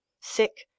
sick